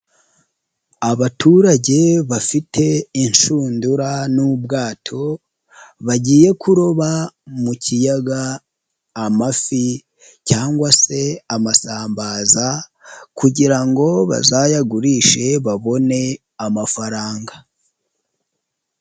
Abaturage bafite inshundura n'ubwato bagiye kuroba mu kiyaga amafi cyangwa se amasambaza kugira ngo bazayagurishe babone amafaranga.